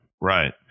Right